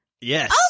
Yes